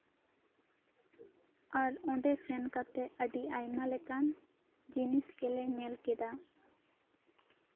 ᱟᱨ ᱚᱸᱰᱮ ᱥᱮᱱ ᱠᱟᱛᱮᱜ ᱟᱹᱰᱤ ᱟᱭᱢᱟ ᱞᱮᱠᱟᱱ ᱡᱤᱱᱤᱥ ᱜᱮᱞᱮ ᱧᱮᱞ ᱠᱮᱫᱟ